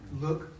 Look